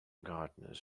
gardeners